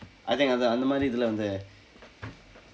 I think அதான் அந்த மாதிரி இதல வந்து:athaaan andtha maathiri ithala vandthu